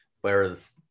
Whereas